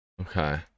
Okay